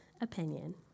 opinion